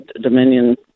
Dominion